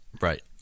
right